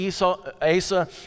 Asa